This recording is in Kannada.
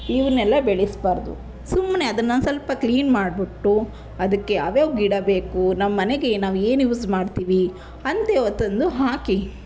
ಇವನ್ನೆಲ್ಲ ಬೆಳೆಸಬಾರ್ದು ಸುಮ್ಮನೆ ಅದನ್ನು ಸ್ವಲ್ಪ ಕ್ಲೀನ್ ಮಾಡ್ಬಿಟ್ಟು ಅದಕ್ಕೆ ಯಾವ್ಯಾವ ಗಿಡ ಬೇಕು ನಮ್ಮ ಮನೆಗೆ ನಾವು ಏನು ಯೂಸ್ ಮಾಡ್ತೀವಿ ಅಂಥವು ತಂದು ಹಾಕಿ